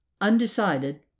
Undecided